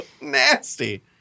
Nasty